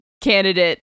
candidate